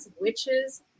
witches